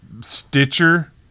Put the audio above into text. Stitcher